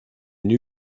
new